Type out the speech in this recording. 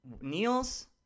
Niels